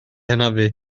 hanafu